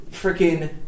Freaking